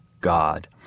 God